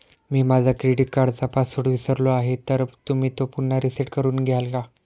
मी माझा क्रेडिट कार्डचा पासवर्ड विसरलो आहे तर तुम्ही तो पुन्हा रीसेट करून द्याल का?